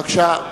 בבקשה.